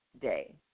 day